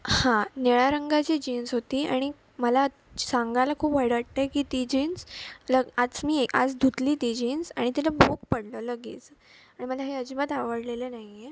हां निळ्या रंगाची जीन्स होती आणि मला सांगायला खूप वाईट वाटतं आहे की ती जीन्स लग आज मी आज धुतली ती जीन्स आणि तिला भोक पडलं लगेच आणि हे मला अजिबात आवडलेलं नाही आहे